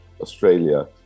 Australia